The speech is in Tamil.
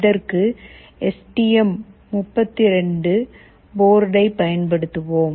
இதற்கு எஸ் டி எம் 32 போர்டைப் பயன்படுத்துவோம்